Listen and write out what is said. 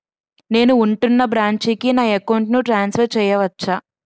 నేను ఉంటున్న బ్రాంచికి నా అకౌంట్ ను ట్రాన్సఫర్ చేయవచ్చా?